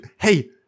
Hey